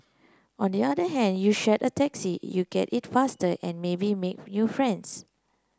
on the other hand you share a taxi you get it faster and maybe make new friends